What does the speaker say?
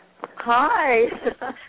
Hi